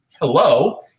Hello